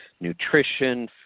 nutrition